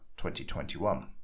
2021